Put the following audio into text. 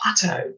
plateau